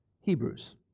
Hebrews